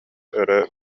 өрө